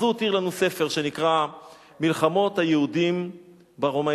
אז הוא הותיר לנו ספר שנקרא "מלחמות היהודים ברומאים".